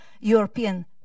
European